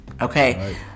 okay